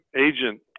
agent